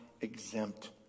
exempt